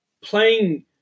playing